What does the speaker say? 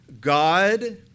God